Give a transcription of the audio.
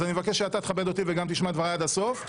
אז אני מבקש שאתה תכבד אותי וגם תשמע את דבריי עד הסוף.